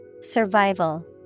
Survival